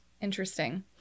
interesting